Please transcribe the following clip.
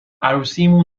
عروسیمون